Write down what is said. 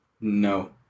No